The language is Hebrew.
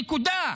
נקודה.